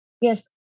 Yes